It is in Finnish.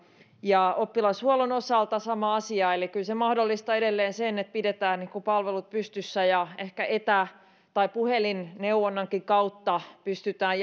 oppilashuollon osalta sama asia eli kyllä se mahdollistaa edelleen sen että pidetään palvelut pystyssä ja ehkä etä tai puhelinneuvonnankin kautta pystytään